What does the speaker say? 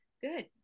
good